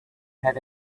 had